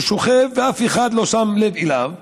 ששוכב ואף אחד לא שם לב אליו,